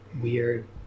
weird